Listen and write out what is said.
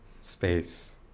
Space